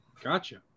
Gotcha